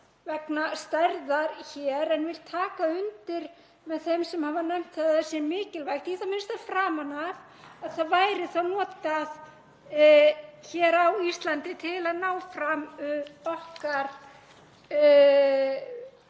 vegna stærðar en vil taka undir með þeim sem hafa nefnt að það sé mikilvægt, í það minnsta framan af, að það verði notað hér á Íslandi til að ná fram okkar